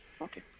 Okay